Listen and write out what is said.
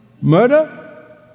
Murder